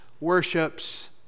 worships